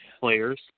players